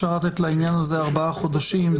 אפשר לתת לעניין הזה ארבעה חודשים,